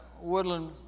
Woodland